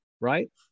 Right